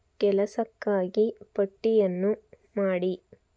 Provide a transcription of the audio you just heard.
ಕೆಲಸಕ್ಕಾಗಿ ಪಟ್ಟಿಯನ್ನು ಮಾಡಿ